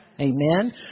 amen